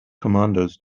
commandos